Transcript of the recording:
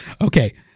okay